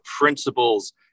principles